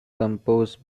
composed